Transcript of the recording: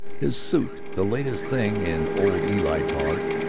his suit, the latest thing in old eli togs,